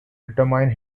determine